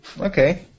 Okay